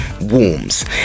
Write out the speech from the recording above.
warms